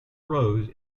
rose